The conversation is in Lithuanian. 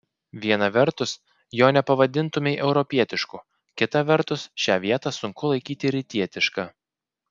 viena vertus jo nepavadintumei europietišku kita vertus šią vietą sunku laikyti rytietiška